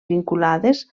vinculades